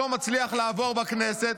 לא מצליח לעבור בכנסת,